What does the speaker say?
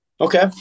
Okay